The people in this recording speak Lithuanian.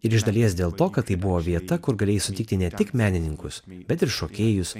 ir iš dalies dėl to kad tai buvo vieta kur galėjai sutikti ne tik menininkus bet ir šokėjus